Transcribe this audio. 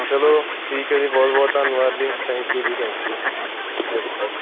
ਚਲੋ ਠੀਕ ਹੈ ਜੀ ਬਹੁਤ ਬਹੁਤ ਧੰਨਵਾਦ ਜੀ ਥੈਂਕ ਯੂ ਜੀ ਥੈਂਕ ਯੂ ਓਕੇ ਓਕੇ